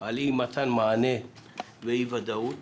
על אי מתן מענה ואי ודאות,